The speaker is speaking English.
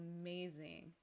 amazing